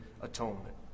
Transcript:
atonement